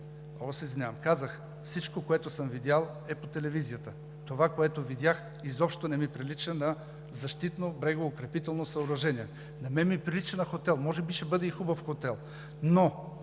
се извинявам! Казах: всичко, което съм видял, е по телевизията. Това, което видях, изобщо не ми прилича на защитно брегоукрепително съоръжение. На мен ми прилича на хотел, може би ще бъде и хубав хотел, но